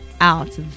out